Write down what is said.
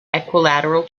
equilateral